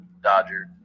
Dodger